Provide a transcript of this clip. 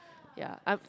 ya I'm